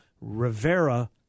Rivera